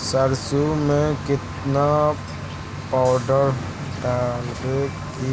सरसों में केतना पाउडर डालबइ कि